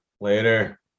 later